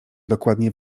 dokładnie